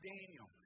Daniel